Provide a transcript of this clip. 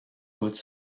côte